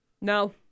No